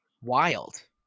Wild